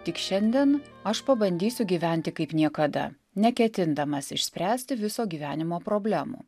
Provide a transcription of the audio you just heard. tik šiandien aš pabandysiu gyventi kaip niekada neketindamas išspręsti viso gyvenimo problemų